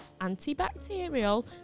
antibacterial